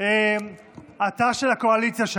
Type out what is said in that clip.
התא של הקואליציה.